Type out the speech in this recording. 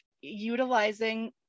utilizing